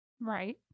Right